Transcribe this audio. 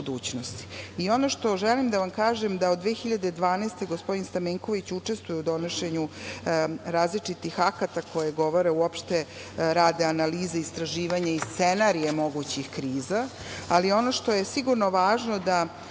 što želim da vam kažem jeste da od 2012. godine gospodin Stamenković učestvuje u donošenju različitih akata koje govore, uopšte, rade analize, istraživanje i scenarije mogućih kriza, ali ono što je važno je